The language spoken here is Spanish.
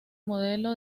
modelo